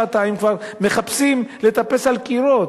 שעתיים כבר מחפשים לטפס על קירות.